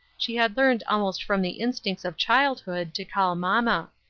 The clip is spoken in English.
she had learned almost from the instincts of childhood to call mamma.